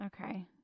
Okay